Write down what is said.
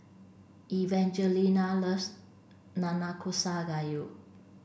Evangelina loves Nanakusa Gayu